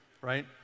right